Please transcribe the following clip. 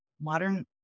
modern